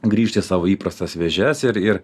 grįžti į savo įprastas vėžes ir ir